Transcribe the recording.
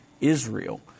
Israel